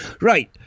Right